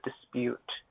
dispute